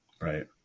Right